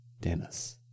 Dennis